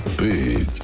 big